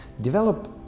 develop